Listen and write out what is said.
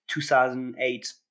2008